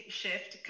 shift